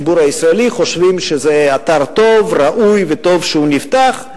חושבים שזה אתר טוב, ראוי, וטוב שהוא נפתח.